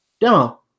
Demo